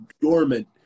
dormant